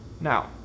Now